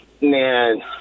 Man